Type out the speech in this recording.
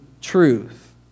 truth